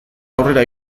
aurrera